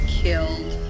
killed